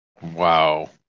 Wow